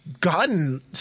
gotten